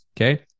okay